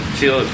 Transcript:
feel